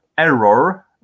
Error